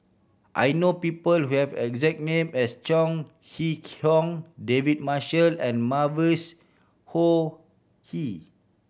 I know people who have a exact name as Chong Kee Hiong David Marshall and Mavis Khoo